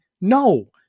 no